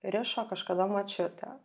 rišo kažkada močiutė